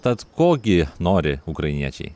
tad ko gi nori ukrainiečiai